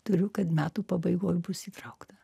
turiu kad metų pabaigoj bus įtraukta